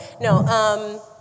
No